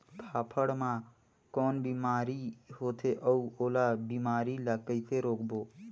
फाफण मा कौन बीमारी होथे अउ ओला बीमारी ला कइसे रोकबो?